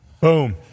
Boom